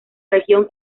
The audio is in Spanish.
región